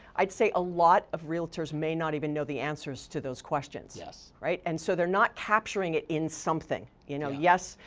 i'd say a lot of realtors may not even know the answers to those questions. yes. and so they're not capturing it in something. you know yes,